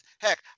Heck